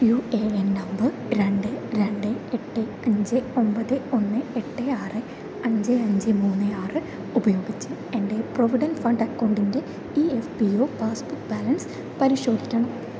U A N number രണ്ട് രണ്ട് എട്ട് അഞ്ച് ഒമ്പത് ഒന്ന് ആറ് അഞ്ച് അഞ്ച് മൂന്ന് ആറ് ഉപയോഗിച്ച് എന്റെ പ്രൊവിഡന്റ് ഫണ്ട് അക്കൗണ്ടിൻ്റെ E F P O passbook balance പരിശോധിക്കണം